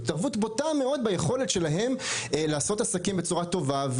זו התערבות בוטה מאוד ביכולת שלהם לעשות עסקים בצורה טובה,